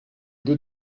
deux